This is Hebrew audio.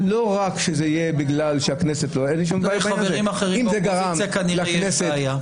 לא רק שזה יהיה בגלל --- לחברים אחרים באופוזיציה כנראה יש בעיה.